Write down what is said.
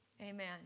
Amen